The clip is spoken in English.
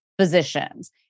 physicians